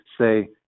say